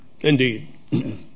Indeed